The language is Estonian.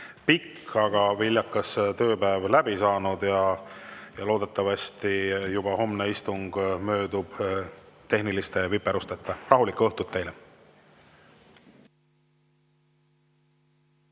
pikk, aga viljakas tööpäev on läbi saanud. Loodetavasti juba homne istung möödub tehniliste viperusteta. Rahulikku õhtut teile!